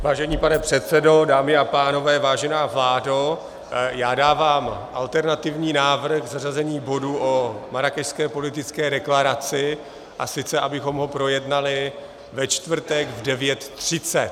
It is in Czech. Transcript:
Vážený pane předsedo, dámy a pánové, vážená vládo, já dávám alternativní návrh zařazení bodu o Marrákešské politické deklaraci, a sice abychom ho projednali ve čtvrtek v 9.30.